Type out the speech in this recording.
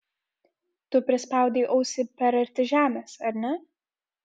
tu prispaudei ausį per arti žemės ar ne